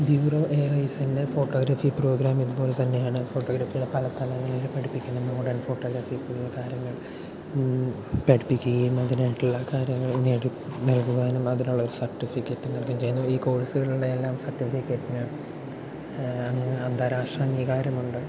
bureau photography programme ഇതുപോലെ തന്നെ ആണ് ഫോട്ടോഗ്രാഫിയുടെ പല തലങ്ങളും പഠിപ്പിക്കുന്ന ഫോട്ടോഗ്രഫി തുടങ്ങിയ കാര്യങ്ങൾ പഠിപ്പിക്കുകയും അതിനായിട്ടുള്ള കാര്യങ്ങൾ നേടി നൽകുവാനും അതിനുള്ള സർട്ടിഫിക്കറ്റ് നൽകുകയും ചെയ്യുന്നു ഈ കോഴ്സുകളുടെ എല്ലാം സർട്ടിഫിക്കറ്റ് അന്താരാഷ്ട്ര അംഗീകാരം ഉണ്ട്